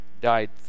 died